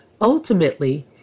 ultimately